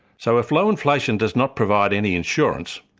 so if low inflation does not provide any insurance,